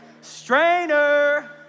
Strainer